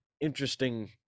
interesting